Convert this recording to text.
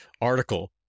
article